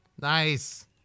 Nice